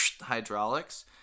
hydraulics